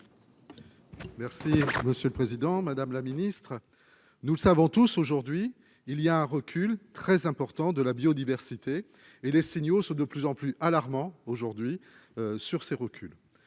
Merci monsieur le président, madame la ministre, nous le savons tous aujourd'hui, il y a recul très important de la biodiversité et les signaux sont de plus en plus alarmant aujourd'hui sur ces reculs,